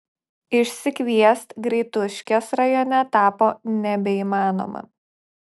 išsikviest greituškės rajone tapo nebeįmanoma